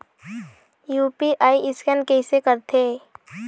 UPI scan कइसे करथे?